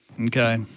okay